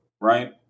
right